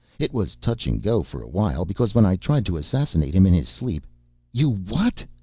it was touch and go for a while because when i tried to assassinate him in his sleep you what?